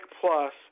Plus